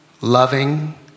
loving